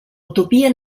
utopia